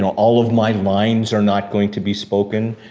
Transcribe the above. all of my lines are not going to be spoken.